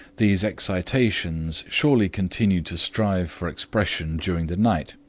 these excitations surely continue to strive for expression during the night,